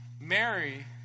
Mary